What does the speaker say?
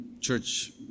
church